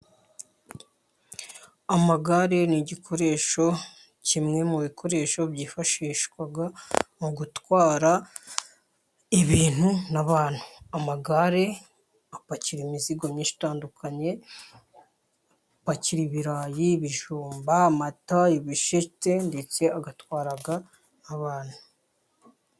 Amagare ni igikoresho kimwe mu bikoresho byifashishwa mu gutwara ibintu n'abantu. Amagare apakira imizigo myinshi itandukanye ,apakira:ibirayi ibijumba, amata, ibisheke ndetse agatwara abantu.